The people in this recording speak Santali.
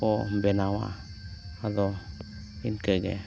ᱠᱚ ᱵᱮᱱᱟᱣᱟ ᱟᱫᱚ ᱤᱱᱠᱟᱹ ᱜᱮ